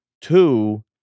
Two